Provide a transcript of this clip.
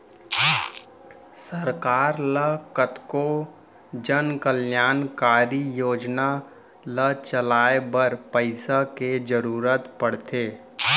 सरकार ल कतको जनकल्यानकारी योजना ल चलाए बर पइसा के जरुरत पड़थे